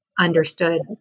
understood